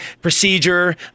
procedure